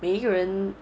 每一个人